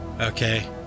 Okay